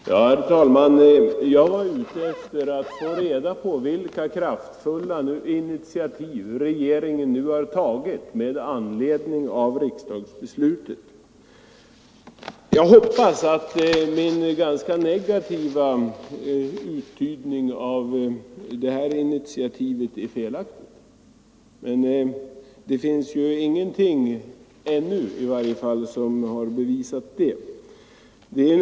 av olönsam Herr talman! Jag var ute efter att få reda på vilka kraftfulla initiativ — järnvägstrafik, regeringen har tagit med anledning av riksdagens beslut. Jag hoppas att — m.m. min ganska negativa inställning till regeringens initiativ är fel. Men det finns i varje fall ingenting som ännu har bevisat det.